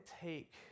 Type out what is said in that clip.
take